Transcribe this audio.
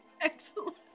Excellent